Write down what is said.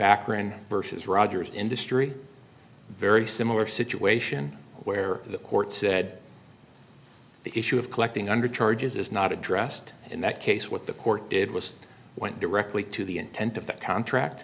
akron versus rogers industry very similar situation where the court said the issue of collecting under charges is not addressed in that case what the court did was went directly to the intent of that contract